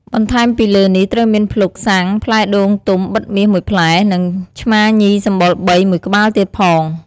បន្ថែមពីលើនេះ ត្រូវមាន ភ្លុក,ស័ង្ខ, ផ្លែដូងទុំបិទមាស១ផ្លែ និងឆ្មាញីសម្បុរបីមួយក្បាលទៀងផង។